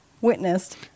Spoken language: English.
witnessed